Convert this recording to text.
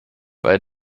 bei